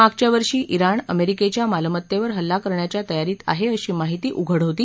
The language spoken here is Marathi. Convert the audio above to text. मागच्यावर्षी ज्ञिण अमेरिकेच्या मालमेत्तेवर हल्ला करण्याच्या तयारीत आहे अशी माहिती उघड होती